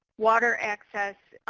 water access.